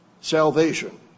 Salvation